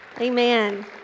Amen